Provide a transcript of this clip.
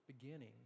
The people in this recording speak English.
beginning